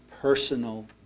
personal